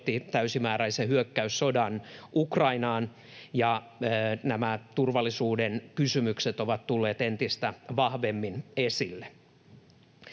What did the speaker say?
täysimääräisen hyökkäyssodan Ukrainaan ja nämä turvallisuuden kysymykset ovat tulleet entistä vahvemmin esille.